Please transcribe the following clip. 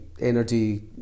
energy